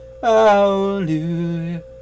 hallelujah